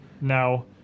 Now